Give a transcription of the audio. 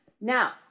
Now